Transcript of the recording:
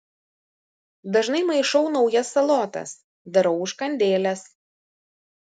dažnai maišau naujas salotas darau užkandėles